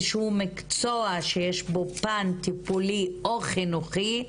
שהוא מקצוע שיש בו פן טיפולי או חינוכי,